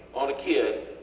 on a kid,